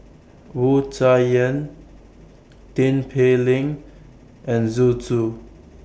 Wu Tsai Yen Tin Pei Ling and Zhu Xu